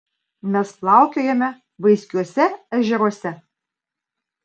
mes plaukiojame vaiskiuose ežeruose